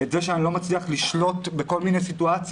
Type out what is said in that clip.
את זה שאני לא מצליח לשלוט בכל מיני סיטואציות.